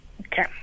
Okay